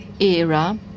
era